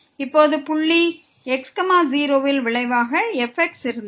இப்போது புள்ளி x 0ன் விளைவாக fx இருந்தது